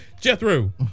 Jethro